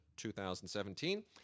2017